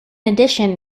addition